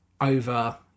over